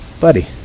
buddy